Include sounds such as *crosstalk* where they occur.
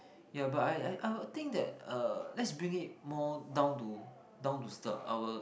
ya but I I I would think uh that let's bring it more down to down to *noise* our